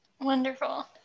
Wonderful